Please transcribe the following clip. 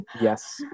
Yes